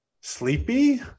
sleepy